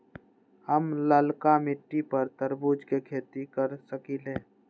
हम लालका मिट्टी पर तरबूज के खेती कर सकीले?